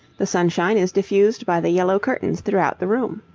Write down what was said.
the sunshine is diffused by the yellow curtains throughout the room.